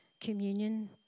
communion